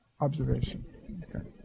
observation